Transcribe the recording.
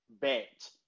bet